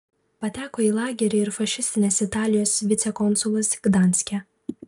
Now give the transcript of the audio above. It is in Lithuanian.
pateko į lagerį ir fašistinės italijos vicekonsulas gdanske